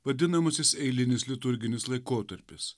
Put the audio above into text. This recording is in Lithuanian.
vadinamasis eilinis liturginis laikotarpis